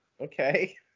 Okay